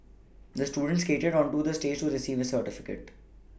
the student skated onto the stage to receive the certificate